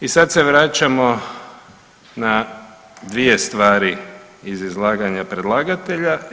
I sada se vraćamo na dvije stvari iz izlaganja predlagatelja.